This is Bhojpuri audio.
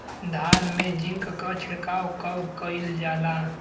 धान में जिंक क छिड़काव कब कइल जाला?